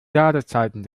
ladezeiten